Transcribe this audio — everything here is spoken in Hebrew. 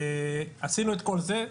עשינו את כל זה,